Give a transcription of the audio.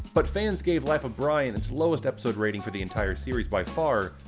but fans gave life of brian its lowest episode rating for the entire series by far,